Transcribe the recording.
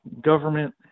government